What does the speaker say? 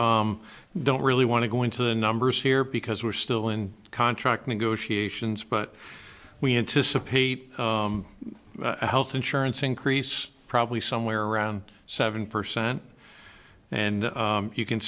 don't really want to go into the numbers here because we're still in contract negotiations but we anticipate a health insurance increase probably somewhere around seven percent and you can